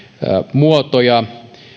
muotoja